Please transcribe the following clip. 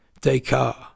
Descartes